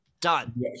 done